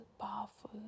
powerful